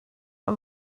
mae